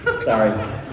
Sorry